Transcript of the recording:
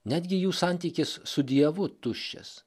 netgi jų santykis su dievu tuščias